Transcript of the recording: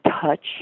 touch